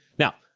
now,